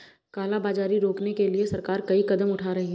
काला बाजारी रोकने के लिए सरकार कई कदम उठा रही है